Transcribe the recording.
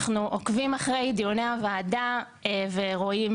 אנחנו עוקבים אחרי דיוני הוועדה ורואים